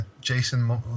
Jason